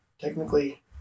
technically